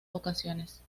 ocasiones